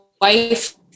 wife